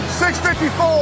654